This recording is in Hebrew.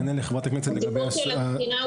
לגבי התקינה,